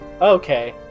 Okay